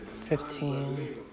Fifteen